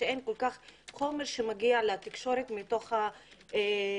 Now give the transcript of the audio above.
שאין כל כך חומר שמגיע לתקשורת מתוך החובות